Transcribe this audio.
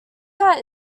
cat